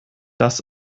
das